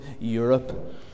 Europe